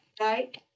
right